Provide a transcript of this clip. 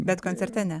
bet koncerte ne